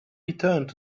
returned